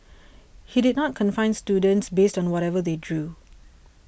he did not confine students based on whatever they drew